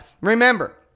remember